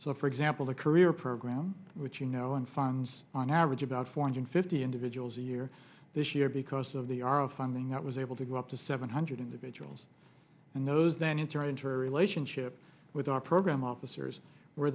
so for example the career program you know i'm funs on average about four hundred fifty individuals a year this year because of the art of funding that was able to go up to seven hundred individuals and those then in turn into a relationship with our program officers where